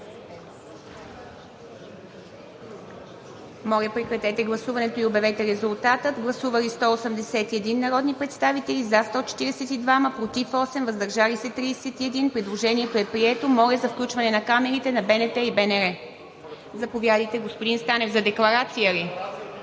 Моля, режим на гласуване за така направеното предложение. Гласували 181 народни представители: за 142, против 8, въздържали се 31. Предложението е прието. Моля за включване на камерите на БНТ и БНР. Заповядайте, господин Станев – за декларация ли?